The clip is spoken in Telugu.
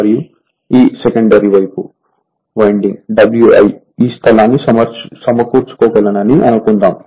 మరియు ఈ సెకండరీ వైపు వైండింగ్ Wi ఈ స్థలాన్ని సమకూర్చుకోగలనని అనుకుందాం